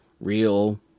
real